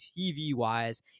TV-wise